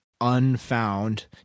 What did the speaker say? unfound